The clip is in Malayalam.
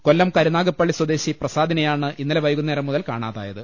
കൊല്ലം കരുനാഗപ്പള്ളി സ്വദേശി പ്രസാദിനെയാണ് ഇന്നലെ വൈകുന്നേരം മുതൽ കാണാതായത്